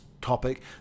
topic